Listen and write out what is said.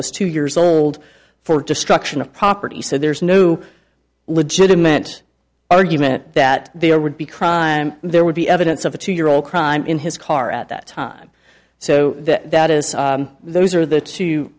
was two years old for destruction of property so there's new legitimate argument that there would be crime there would be evidence of a two year old crime in his car at that time so that is those are the two